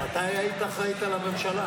מתי היית אחראית לממשלה?